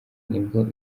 nibwo